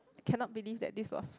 cannot believe that this was